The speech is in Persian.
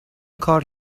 کار